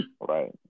right